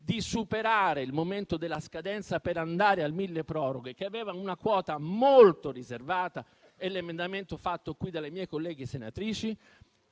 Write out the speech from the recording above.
di superare il momento della scadenza per andare al milleproroghe, che aveva una quota molto riservata, e l'emendamento presentato su questa materia dalle mie colleghe senatrici